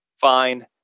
fine